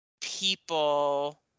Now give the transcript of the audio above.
people